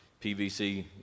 PVC